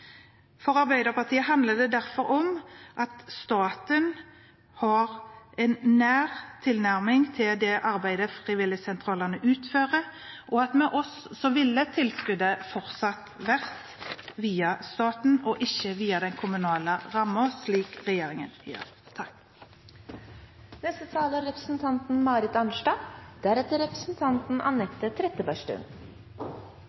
For Arbeiderpartiet handler det derfor om at staten har en nær tilnærming til det arbeidet frivilligsentralene utfører, slik at tilskuddet fortsatt må være via staten og ikke via den kommunale rammen, slik regjeringen gjør.